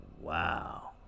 wow